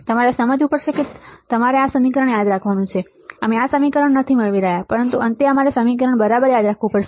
તમારે સમજવું પડશે કે તમારે આ સમીકરણ યાદ રાખવાનું છે અમે આ સમીકરણ નથી મેળવી રહ્યા પરંતુ અંતે તમારે આ સમીકરણ બરાબર યાદ રાખવું પડશે